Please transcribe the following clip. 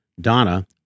Donna